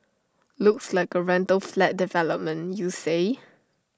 looks like A rental flat development you say